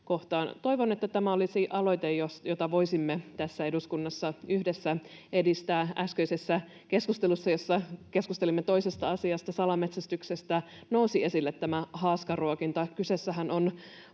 Toivon, että tämä olisi aloite, jota voisimme tässä eduskunnassa yhdessä edistää. Äskeisessä keskustelussa, jossa keskustelimme toisesta asiasta, salametsästyksestä, nousi esille haaskaruokinta.